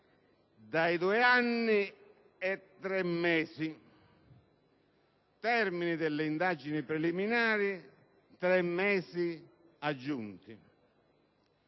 dai due anni e tre mesi, termine delle indagini preliminari: tre mesi aggiunti.